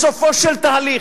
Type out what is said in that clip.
בסופו של תהליך,